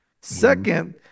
Second